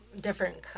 Different